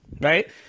right